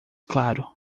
claro